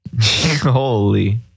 holy